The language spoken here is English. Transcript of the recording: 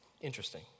interesting